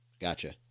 Gotcha